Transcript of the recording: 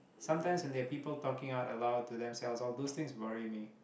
sometimes when there're people talking out aloud to themselves all those things worry me